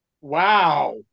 Wow